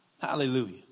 Hallelujah